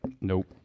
nope